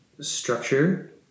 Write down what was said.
structure